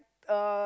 uh